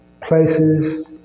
places